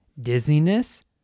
Dizziness